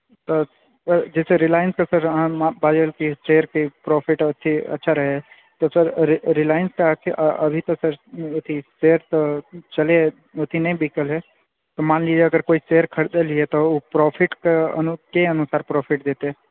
तऽ जे छै रिलायंसके सर अहाँ मार्केटमे शेयर की प्रोफ़िट अथी अच्छा रहए तऽ सर रिलायंसके अथी सर अभी तऽ अथी शेयर तऽ छलै अथी नहि बिकल हँ मान लीए अगर कोई शेयर खरदल यऽ तऽ ओ प्रोफ़िटके अनुसार की अनुसार प्रोफ़िट देतै